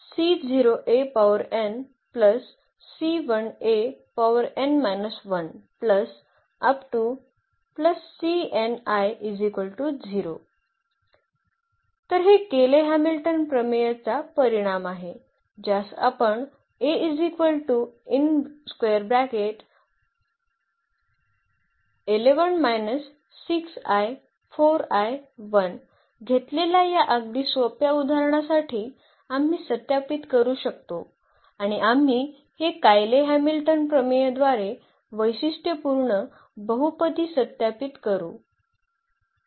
तर हे Cayley Hamilton प्रमेयचा परिणाम आहे ज्यास आपण घेतलेल्या या अगदी सोप्या उदाहरणासाठी आम्ही सत्यापित करू शकतो आणि आम्ही हे कायले हॅमिल्टन प्रमेय द्वारे वैशिष्ट्यपूर्ण बहुपदी सत्यापित करू